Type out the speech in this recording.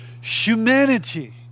humanity